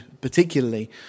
particularly